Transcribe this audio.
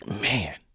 man